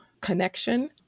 connection